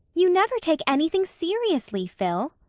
you never take anything seriously, phil.